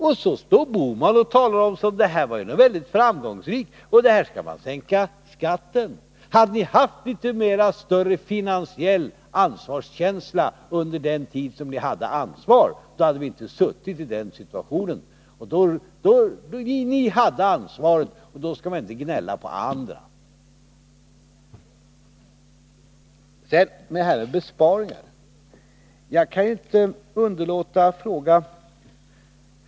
Och så står Gösta Bohman här och talar som om det här vore någonting väldigt framgångsrikt och att man skall sänka skatten. Hade ni haft lite större finansiell ansvarskänsla under den tid då ni hade ansvaret, då hade vi inte befunnit oss i den här situationen. När ni hade det ansvaret och åstadkom den situationen skall ni nu inte gnälla på andra. Sedan kan jag inte underlåta att fråga om det här med besparingar.